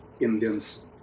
indians